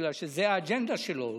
בגלל שזו האג'נדה שלו,